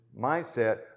mindset